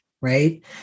right